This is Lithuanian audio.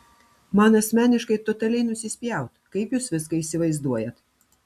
man asmeniškai totaliai nusispjaut kaip jūs viską įsivaizduojat